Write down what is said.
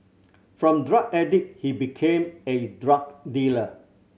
from drug addict he became a drug dealer